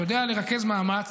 שיודע לרכז מאמץ